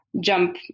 jump